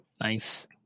Nice